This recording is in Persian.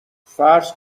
فرض